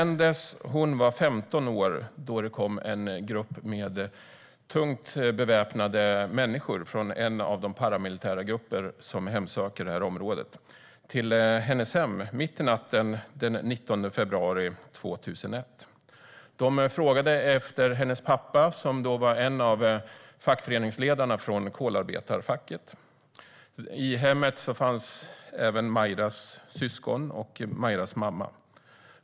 När hon var 15 år kom det en grupp med tungt beväpnade människor från en av de paramilitära grupperna som hemsöker detta område till hennes hem. Det var mitt i natten den 19 februari 2001. De frågade efter hennes pappa, som då var en av fackföreningsledarna från kolarbetarfacket. I hemmet fanns även Mairas syskon och mamma.